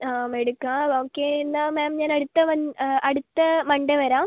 അ എടുക്കാം ഓക്കെ എന്നാൽ ഞാൻ അടുത്ത മൺണ്ടേ വരാം